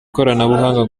ikoranabuhanga